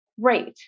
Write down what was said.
Great